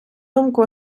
думку